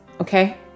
okay